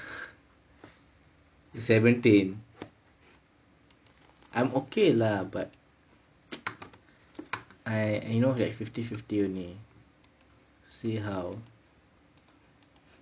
seventeen I'm okay lah but I know that fifty fifty only see how